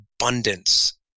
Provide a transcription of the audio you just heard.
abundance